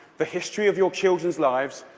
the history of your children's lives,